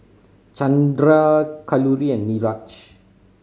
Chandra Kalluri and Niraj